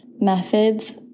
methods